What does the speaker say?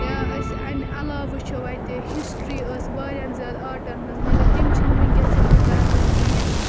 یا أسۍ اَمہِ علاوٕ وٕچھو اَتہِ ہِسٹرٛی ٲس واریاہ زیادٕ آرٹَن ہٕنٛز مگر تِم چھِنہٕ وٕنکیٚس یِوان کَرنہٕ کِہیٖنۍ